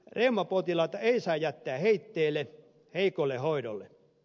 reumapotilaita ei saa jäädä heitteille heikolle hoidolle